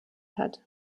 hat